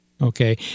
okay